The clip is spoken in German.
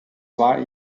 war